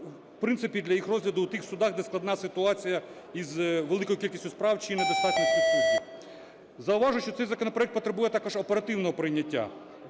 в принципі для їх розгляду у тих судах, де складна ситуація із великою кількістю справ чи недостатністю суддів. Зауважу, що цей законопроект потребує також оперативного прийняття.